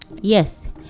Yes